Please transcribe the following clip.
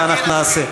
מה אנחנו נעשה?